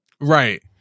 Right